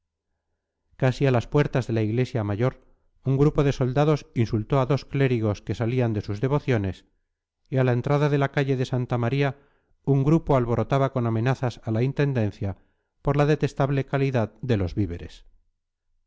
casi a las puertas de la iglesia mayor un grupo de soldados insultó a dos clérigos que salían de sus devociones y a la entrada de la calle de santa maría un grupo alborotaba con amenazas a la intendencia por la detestable calidad de los víveres